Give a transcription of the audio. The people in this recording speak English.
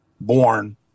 born